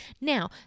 Now